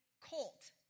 colt